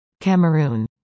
Cameroon